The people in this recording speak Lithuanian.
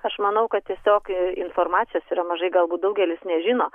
aš manau kad tiesiog informacijos yra mažai galbūt daugelis nežino